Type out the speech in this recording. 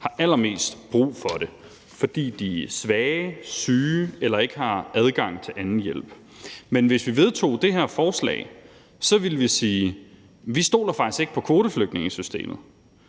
har allermest brug for det, fordi de er svage, syge eller ikke har adgang til anden hjælp. Men hvis vi vedtog det her forslag, ville vi sige: Vi stoler faktisk ikke på kvoteflygtningesystemet.